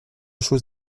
chose